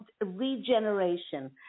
regeneration